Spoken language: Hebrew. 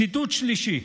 ציטוט שלישי: